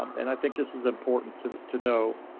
um and i think this is important to to know,